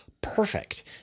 perfect